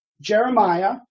Jeremiah